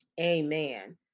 amen